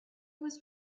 was